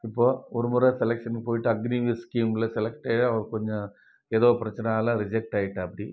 இப்போது ஒரு முறை செலெக்ஷனுக்கு போயிட்டு அக்னிவீல் ஸ்கீமில் செலெக்ட்டாகி அவ கொஞ்சம் ஏதோ பிரச்சினையால ரிஜெக்ட் ஆயிட்டாப்படி